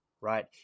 right